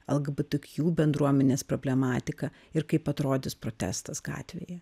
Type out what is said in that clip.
lgbt kju bendruomenės problematiką ir kaip atrodys protestas gatvėje